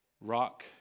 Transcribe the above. rock